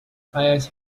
fires